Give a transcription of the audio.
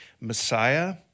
Messiah